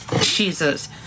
Jesus